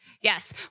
yes